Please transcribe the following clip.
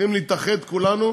צריכים להתאחד כולנו